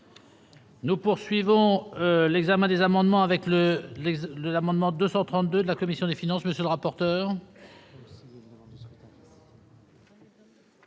Nous poursuivons l'examen des amendements avec le legs de l'amendement 230 de la commission des finances, monsieur le rapporteur.